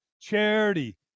charity